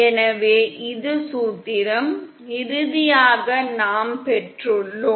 எனவே இது சூத்திரம் இறுதியாக நாம் பெற்றுள்ளோம்